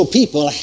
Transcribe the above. people